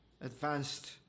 advanced